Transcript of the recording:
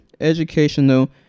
educational